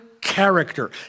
character